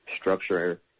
structure